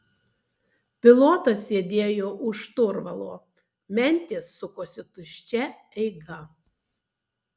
pilotas sėdėjo už šturvalo mentės sukosi tuščia eiga